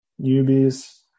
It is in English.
newbies